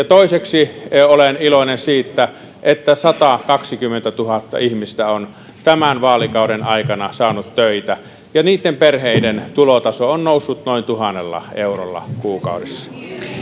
toiseksi olen iloinen siitä että satakaksikymmentätuhatta ihmistä on tämän vaalikauden aikana saanut töitä niitten perheiden tulotaso on noussut noin tuhannella eurolla kuukaudessa